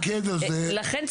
לכן,